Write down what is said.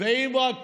ואם רק